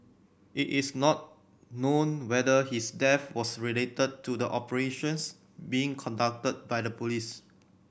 it is not known whether his death was related to the operations being conducted by the police